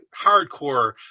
hardcore